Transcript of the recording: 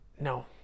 No